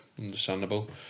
understandable